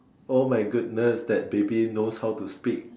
oh my goodness that baby knows how to speak